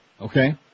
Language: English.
Okay